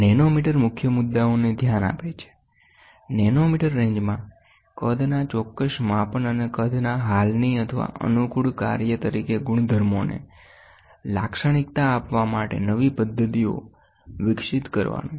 nanometre મુખ્ય મુદ્દાઓને ધ્યાન આપે છે નેનોમીટર રેન્જમાં કદના ચોક્કસ માપન અને કદના હાલની અથવા અનુકૂળ કાર્ય તરીકે ગુણધર્મોને લાક્ષણિકતા આપવા માટે નવી પદ્ધતિઓ વિકસિત કરવાનું